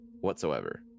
whatsoever